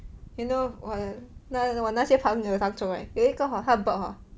you know what 我那些朋友帮助 right 有一个 hor 他 burp hor